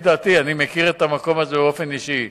אני מכיר את המקום הזה באופן אישי,